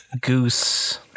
Goose